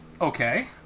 okay